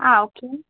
ആ ഓക്കെ